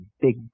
big